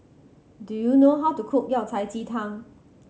do you know how to cook Yao Cai ji tang